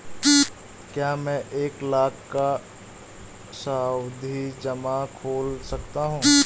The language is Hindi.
क्या मैं एक लाख का सावधि जमा खोल सकता हूँ?